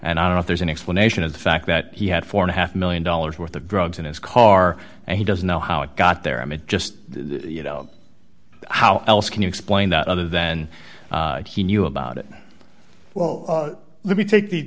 and i don't there's an explanation of the fact that he had four and a half one million dollars worth of drugs in his car and he doesn't know how it got there i mean just you know how else can you explain that other then he knew about it well let me take the